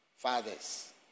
fathers